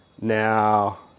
now